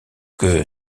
que